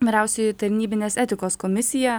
vyriausioji tarnybinės etikos komisija